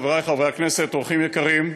חברי חברי הכנסת, אורחים יקרים,